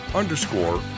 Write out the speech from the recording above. underscore